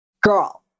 Girl